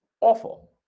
Awful